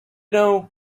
know